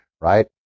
right